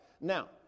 Now